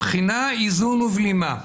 בחינה, איזון ובלימה.